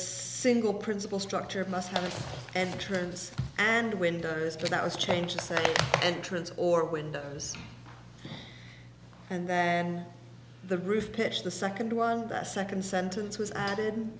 single principle structure must have an entrance and windows but that was changed and trans or windows and than the roof pitch the second one second sentence was added